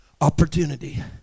opportunity